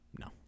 no